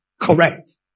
correct